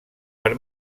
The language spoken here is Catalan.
per